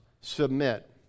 submit